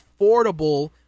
affordable